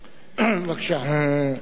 בבקשה.